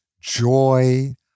joy